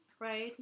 right